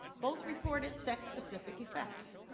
both reported sex-specific effects.